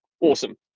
awesome